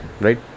right